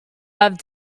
have